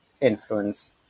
influence